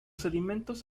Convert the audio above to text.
sedimentos